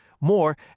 More